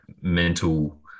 mental